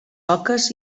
oques